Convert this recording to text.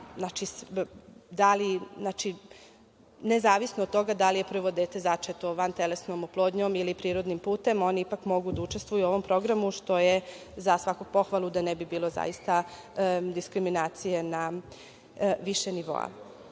nezavisno od toga da li je prvo dete začeto vantelesnom oplodnjom ili prirodnim putem, oni ipak mogu da učestvuju u ovom programu, što je za svaku pohvalu, da ne bi bilo diskriminacije na više nivoa. Svi